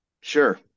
Sure